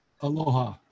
Aloha